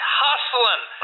hustling